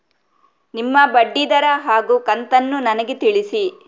ನಿಮ್ಮ ಬಡ್ಡಿದರ ಹಾಗೂ ಕಂತನ್ನು ನನಗೆ ತಿಳಿಸಿ?